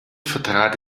vertrat